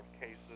cases